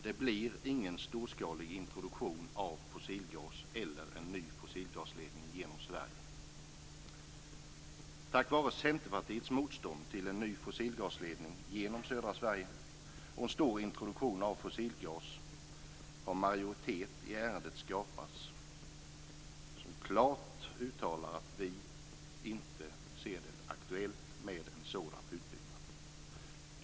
Det blir ingen storskalig introduktion av fossilgas eller en ny fossilgasledning genom Sverige. Tack vare Centerpartiets motstånd till en ny fossilgasledning genom södra Sverige och en stor introduktion av fossilgas har en majoritet i ärendet skapats. Vi uttalar klart att vi inte ser det aktuellt med en sådan utbyggnad.